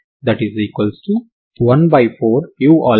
కాబట్టి ఆ మొత్తానికి మీరు ఒకే వాదనను ఏర్పరచుకుంటారు